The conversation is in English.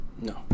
No